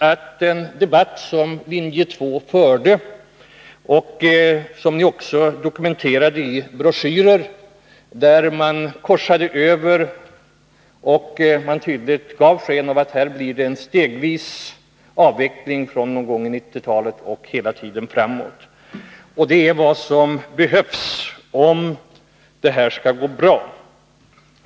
I den debatt som linje 2 förde — den dokumenterades också i broschyrer — gav man tydligt uttryck för uppfattningen att det skulle bli en stegvis avveckling från 1990-talet och framåt. Det är vad som fordras om det skall gå bra.